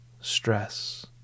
stress